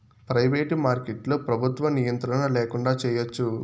private మార్కెట్లో ప్రభుత్వ నియంత్రణ ల్యాకుండా చేయచ్చు